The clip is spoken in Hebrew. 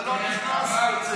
אתה לא נכנס, יוצא.